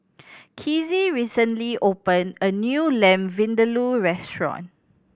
Kizzie recently open a new Lamb Vindaloo restaurant